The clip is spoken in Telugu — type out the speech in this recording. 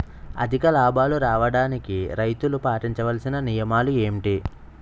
అధిక లాభాలు రావడానికి రైతులు పాటించవలిసిన నియమాలు ఏంటి